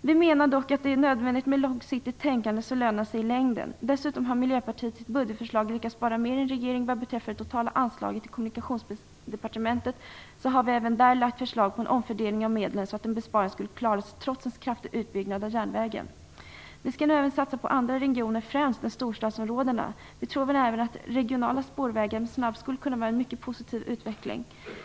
Vi menar dock att det är nödvändigt med långsiktigt tänkande, som lönar sig i längden. Dessutom har Miljöpartiet i sitt budgetförslag lyckats spara mer än regeringen. Vad beträffar det totala anslaget på Kommunikationsdepartementets område har vi även där lagt fram förslag till en omfördelning av medlen så att en besparing skulle klaras trots en kraftig utbyggnad av järnvägen. Vi skall nu främst satsa även på andra regioner än storstadsområdena. Vi tror även att regionala spårvägar med snabbspår skulle kunna vara en mycket positiv utveckling.